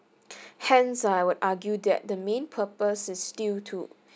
hence I would argue that the main purpose is due to